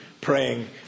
praying